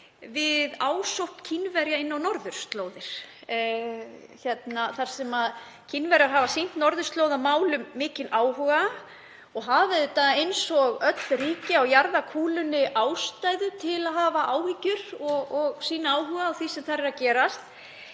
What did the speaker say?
við ásókn Kínverja inn á norðurslóðir. Kínverjar hafa sýnt norðurslóðamálum mikinn áhuga og hafa eins og öll ríki á jarðarkúlunni ástæðu til að hafa áhyggjur og sýna áhuga á því sem þar er að gerast.